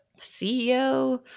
CEO